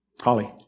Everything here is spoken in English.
Holly